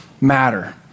matter